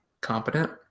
competent